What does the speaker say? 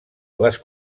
les